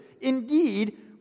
Indeed